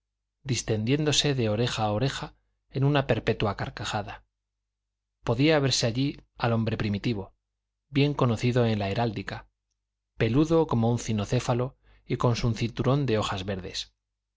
distendiéndose de oreja a oreja en una perpetua carcajada podía verse allí al hombre primitivo bien conocido en la heráldica peludo como un cinocéfalo y con su cinturón de hojas verdes